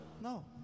No